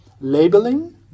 labeling